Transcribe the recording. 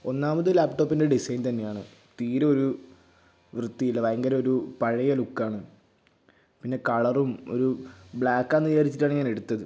ഒന്നാമത് ലാപ്ടോപ്പിൻ്റെ ഡിസൈൻ തന്നെയാണ് തീരെ ഒരു വൃത്തിയില്ല ഭയങ്കര ഒരു പഴയ ലുക്കാണ് പിന്നെ കളറും ഒരു ബ്ലാക്ക് ആന്ന് വിചാരിച്ചിട്ടാണ് ഞാൻ എടുത്തത്